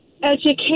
Education